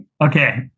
Okay